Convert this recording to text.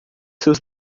seus